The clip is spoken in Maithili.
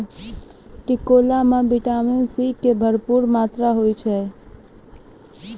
टिकोला मॅ विटामिन सी के भरपूर मात्रा होय छै